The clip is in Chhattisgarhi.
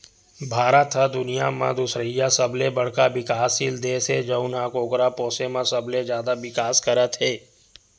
भारत ह दुनिया म दुसरइया सबले बड़का बिकाससील देस हे जउन ह कुकरा पोसे म सबले जादा बिकास करत हे